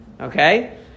Okay